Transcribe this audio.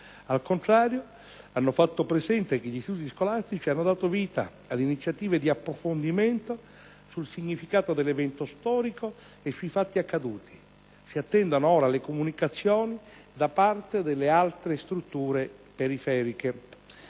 al contrario, hanno fatto presente che gli istituti scolastici hanno dato vita ad iniziative di approfondimento sul significato dell'evento storico e sui fatti accaduti. Si attendono ora le comunicazioni da parte delle altre strutture periferiche.